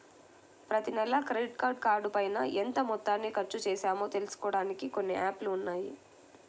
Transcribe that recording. ప్రతినెలా క్రెడిట్ కార్డుపైన ఎంత మొత్తాన్ని ఖర్చుచేశామో తెలుసుకోడానికి కొన్ని యాప్ లు ఉన్నాయి